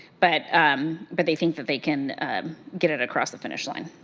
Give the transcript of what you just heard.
but um but they think that they can get it across the finish line.